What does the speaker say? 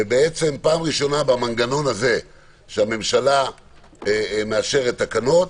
ופעם ראשונה במנגנון הזה שהממשלה מאשרת תקנות,